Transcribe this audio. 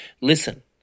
Listen